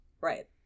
Right